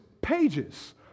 pages